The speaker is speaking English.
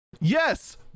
yes